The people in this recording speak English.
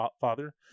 father